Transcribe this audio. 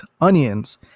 onions